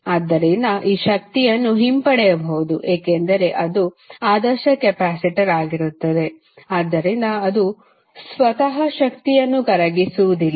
ಆದ್ದರಿಂದ ಈ ಶಕ್ತಿಯನ್ನು ಹಿಂಪಡೆಯಬಹುದು ಏಕೆಂದರೆ ಅದು ಆದರ್ಶ ಕೆಪಾಸಿಟರ್ ಆಗಿರುತ್ತದೆ ಆದ್ದರಿಂದ ಅದು ಸ್ವತಃ ಶಕ್ತಿಯನ್ನು ಕರಗಿಸುವುದಿಲ್ಲ